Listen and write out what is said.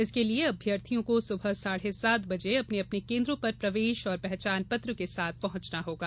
इसके लिये अभ्यर्थियों को सुबह साढे सात बजे अपने अपने केन्द्रों पर प्रवेश और पहचान पत्र के साथ पहुंचना होगा